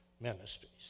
Ministries